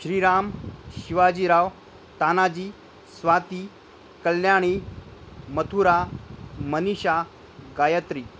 Shriram Shivajirao Tanaji Swati Kalyani Mathura Manisha Gayatri